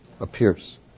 Appears